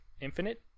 Infinite